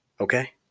Okay